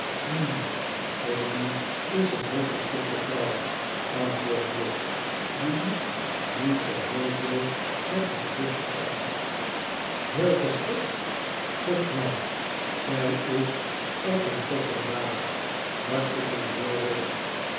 hum emmy is een heel geschikte vrouw antwoordde jos die nu niet zoo heel veel met zijn zuster ophad heel geschikt gut man zij is op en top een dame barstte de majoor los